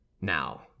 now